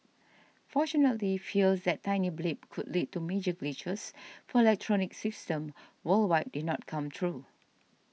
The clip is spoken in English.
fortunately fears that tiny blip could lead to major glitches for electronic systems worldwide did not come true